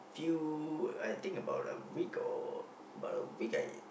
few I think about a week or about a week I